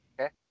okay